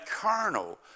carnal